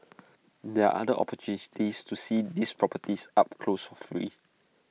there are other opportunities to see these properties up close for free